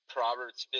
Proverbs